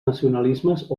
nacionalismes